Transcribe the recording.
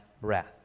breath